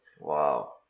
Wow